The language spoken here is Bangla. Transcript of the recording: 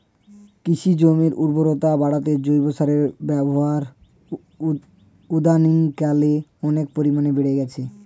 কৃষি জমির উর্বরতা বাড়াতে জৈব সারের ব্যবহার ইদানিংকালে অনেক পরিমাণে বেড়ে গিয়েছে